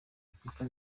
impaka